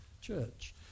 church